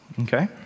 Okay